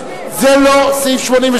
הוא לא הזכיר את שמי?